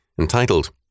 entitled